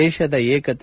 ದೇಶದ ಏಕತೆ